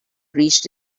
reached